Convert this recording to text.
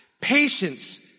patience